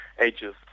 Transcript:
Ages